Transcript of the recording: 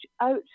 out